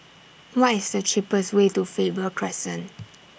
What IS The cheapest Way to Faber Crescent